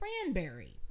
cranberry